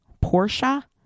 Portia